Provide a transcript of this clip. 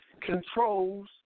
controls